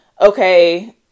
okay